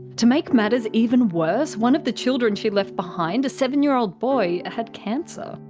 to make matters even worse, one of the children she left behind, a seven-year-old boy, had cancer.